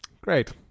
Great